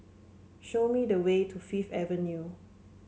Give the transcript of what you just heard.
show me the way to Fifth Avenue